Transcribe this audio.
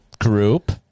group